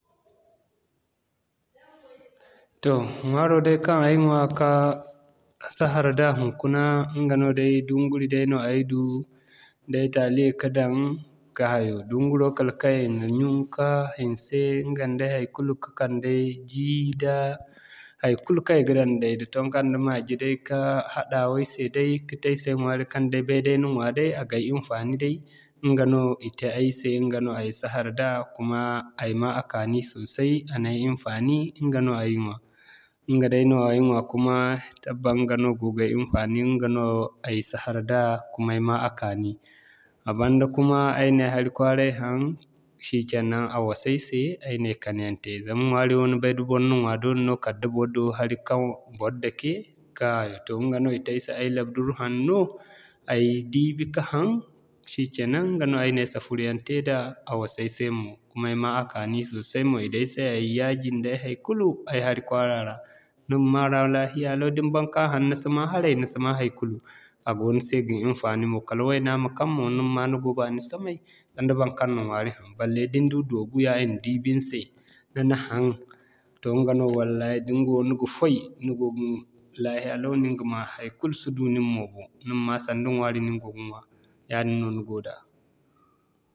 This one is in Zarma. Toh ɲwaaro day kaŋ ay ɲwaa, ka sahar da hunkuna, ɲga no day, dunguri day no ay du da ay taali ya ka daŋ ka hayo. Dunguro kala kaŋ i na ɲyun ka hanse ɲga nda haikulu ka'kande jii, da haikulu kaŋ i ga daŋ day da tonko nda maji day ka hadawa ay se day ka te ay se ɲwaari kaŋ day bay day na ɲwa day a gay hinfaani day ɲga no i te ay se ɲga no ay sahar da, kuma ay ma a kaani sosai a na ay hinfaani ɲga no ay ɲwa. Ɲga dayno ay ɲwa kumaa, tabbas ɲga no goono gay hinfaani kuma ɲga no ay sahar da ay ma a kaani. A banda kumaa, ay na ay hari kwaaray haŋ shikenan a wasa ay se, ay na ay kani yaŋ te. Zama ɲwaari wo ni bay da bor na ɲwa doole no kala da bor du hari kaŋ bor dake, ka hayo toh ɲga no i te ay se ay labduru hanno, ay diibi ka haŋ, shikenan ɲga no ay na ay sahur yaŋ te daa, a wasa ay se mo kuma ay ma a kaani sosai mo. I du ay se ay yaaji da ay haikulu ay hari kwaara ra ni ma mara lafiya lau da ni ban ka haŋ ni si ma haray ni si ma haikulu a go ni se ga hinfaani mo kala wayna ma kaŋ mo ni ma'ma ni go baani samay sanda baŋkaŋ n'a ɲwaari haŋ. Balle da ni du doobu ya i na diibi ni se ni'na haŋ, toh ɲga no wallahi da ni go ni ga foy, ni gin lafiya lau no ni ga ma a haikulu si du nin mo boŋ ni ma'ma sanda ɲwaari no nigo ga ɲwa yaadin no ni go daa.